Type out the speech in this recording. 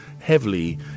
heavily